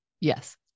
Yes